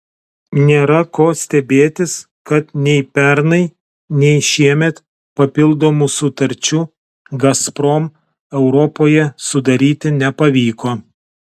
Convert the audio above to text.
nėra ko stebėtis kad nei pernai nei šiemet papildomų sutarčių gazprom europoje sudaryti nepavyko